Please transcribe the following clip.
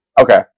Okay